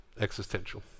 existential